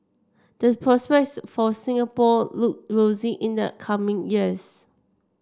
this prospects for Singapore look rosy in the coming years